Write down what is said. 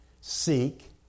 Seek